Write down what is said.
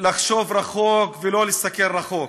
לחשוב רחוק ולא להסתכל רחוק,